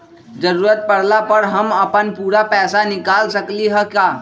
जरूरत परला पर हम अपन पूरा पैसा निकाल सकली ह का?